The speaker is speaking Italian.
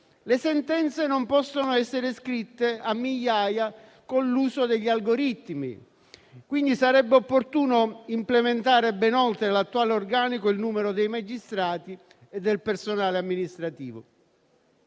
le sentenze non possono essere scritte a migliaia con l'uso degli algoritmi. Quindi sarebbe opportuno implementare il numero dei magistrati e del personale amministrativo